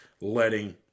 letting